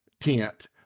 tent